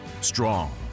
Strong